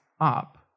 up